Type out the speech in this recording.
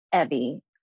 Evie